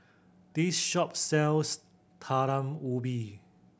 this shop sells Talam Ubi